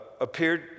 appeared